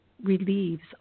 relieves